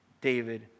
David